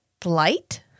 flight